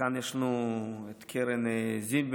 כאן יש לנו את קרן זילברמן,